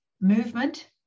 movement